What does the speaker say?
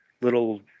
little